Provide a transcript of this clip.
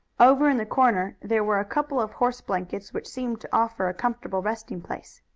over in the corner there were a couple of horse blankets which seemed to offer a comfortable resting-place.